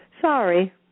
Sorry